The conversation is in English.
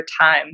time